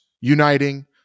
uniting